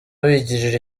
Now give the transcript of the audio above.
wigirira